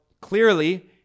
clearly